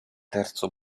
terzo